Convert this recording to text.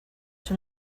from